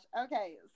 okay